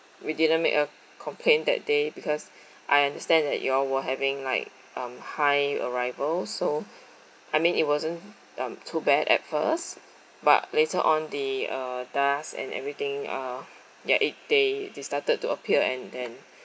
we didn't make a complaint that day because I understand that you all were having like um high arrival so I mean it wasn't um too bad at first but later on the uh dust and everything are ya it they they started to appear and then